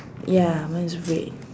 ya one is red